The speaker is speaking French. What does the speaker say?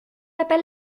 appelle